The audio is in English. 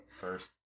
first